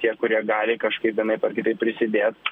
tie kurie gali kažkaip vienaip ar kitaip prisidėt